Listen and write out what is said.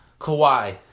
Kawhi